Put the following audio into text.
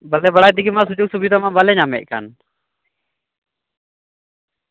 ᱵᱟᱞᱮ ᱵᱟᱲᱟᱭ ᱛᱮᱜᱤ ᱥᱩᱡᱳᱜᱽ ᱥᱩᱵᱤᱛᱟ ᱢᱟ ᱵᱟᱞᱮ ᱧᱟᱢᱮᱫ ᱠᱟᱱ